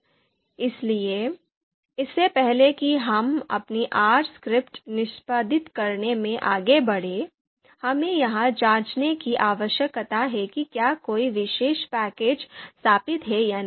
इसलिए इससे पहले कि हम अपनी R स्क्रिप्ट निष्पादित करने में आगे बढ़ें हमें यह जांचने की आवश्यकता है कि क्या कोई विशेष पैकेज स्थापित है या नहीं